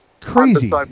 crazy